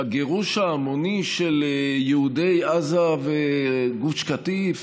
בגירוש ההמוני של יהודי עזה וגוש קטיף,